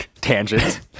tangent